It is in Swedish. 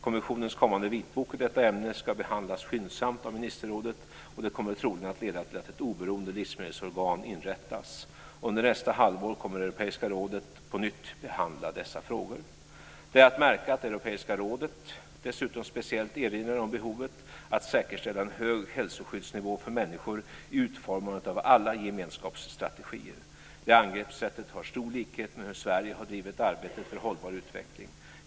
Kommissionens kommande vitbok i detta ämne ska behandlas skyndsamt av ministerrådet, och det kommer troligen att leda till att ett oberoende livsmedelsorgan inrättas. Under nästa halvår kommer Europeiska rådet på nytt att behandla dessa frågor. Det är att märka att Europeiska rådet dessutom speciellt erinrar om behovet av att säkerställa en hög hälsoskyddsnivå för människor i utformandet av alla gemenskapsstrategier. Det angreppssättet har stor likhet med hur Sverige har drivit arbetet för hållbar utveckling.